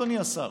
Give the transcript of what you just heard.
אדוני השר,